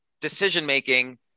decision-making